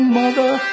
mother